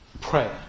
prayer